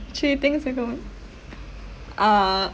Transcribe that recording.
three things are going uh